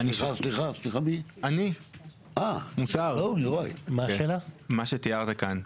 מה שתיארת כאן,